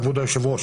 כבוד היושב-ראש,